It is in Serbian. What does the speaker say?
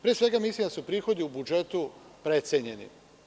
Pre svega, mislim da su prihodi u budžetu precenjeni.